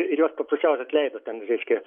ir juos paprasčiausiai atleido ten reiškia